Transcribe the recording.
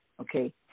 okay